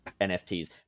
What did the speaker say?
NFTs